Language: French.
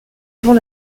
avant